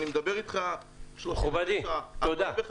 מכובדי, תודה.